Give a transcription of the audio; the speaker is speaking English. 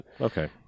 Okay